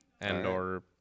and/or